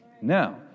Now